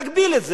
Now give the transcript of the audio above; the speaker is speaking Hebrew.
נגביל את זה,